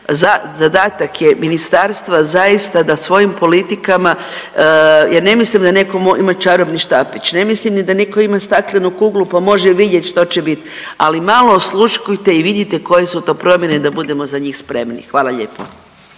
zadatak je ministarstva zaista da svojim politikama, ja ne mislim da neko ima čarobni štapić, ne mislim ni da neko ima staklenu kuglu, pa može vidjet što će bit, ali malo osluškujte i vidite koje su to promjene da budemo za njih spremni, hvala lijepo.